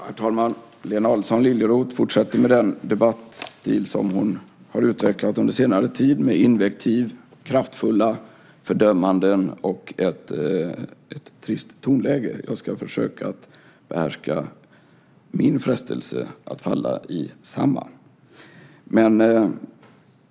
Herr talman! Lena Adelsohn Liljeroth fortsätter med den debattstil som hon har utvecklat under senare tid med invektiv, kraftfulla fördömanden och ett trist tonläge. Jag ska försöka att behärska min frestelse att falla i samma.